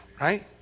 Right